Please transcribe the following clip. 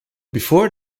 before